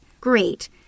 Great